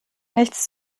nichts